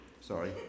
sorry